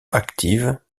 active